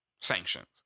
sanctions